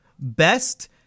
best